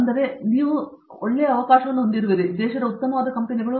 ಆದ್ದರಿಂದ ನಿಮ್ಮ ಸಣ್ಣ ಆಡ್ಯನ್ನು ನೀವು ಹೊಂದಿರುವಿರಿ ದೇಶದಲ್ಲಿ ಉತ್ತಮವಾದ ಕಂಪನಿಗಳು